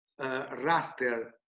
raster